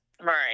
Right